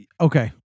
okay